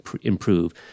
improve